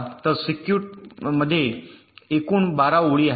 तर सिक्युटमध्ये एकूण १२ ओळी आहेत